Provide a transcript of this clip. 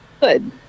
Good